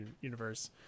universe